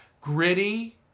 gritty